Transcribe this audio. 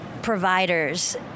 Providers